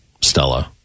Stella